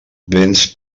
véns